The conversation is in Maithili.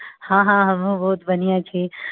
हँ हँ हमहूँ बहुत बढ़िआँ छी